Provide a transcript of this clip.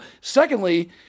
secondly